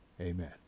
Amen